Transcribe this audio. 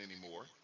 anymore